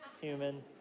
human